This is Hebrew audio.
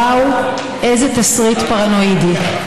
וואו, איזה תסריט פרנואידי.